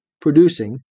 producing